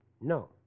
no